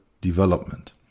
development